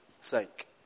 sake